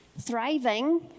thriving